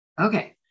Okay